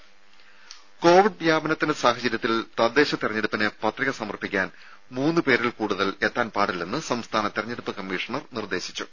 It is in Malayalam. രും കോവിഡ് വ്യാപനത്തിന്റെ സാഹചര്യത്തിൽ തദ്ദേശ തെരഞ്ഞെടുപ്പിന് പത്രിക സമർപ്പിക്കാൻ മൂന്നുപേരിൽ കൂടുതൽ എത്താൻ പാടില്ലെന്ന് സംസ്ഥാന തെരഞ്ഞെടുപ്പ് കമ്മീഷണർ നിർദ്ദേശിച്ചു